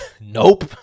Nope